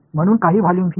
म्हणून काही volume v